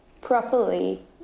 properly